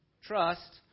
trust